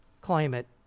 climate